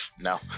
No